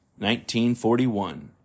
1941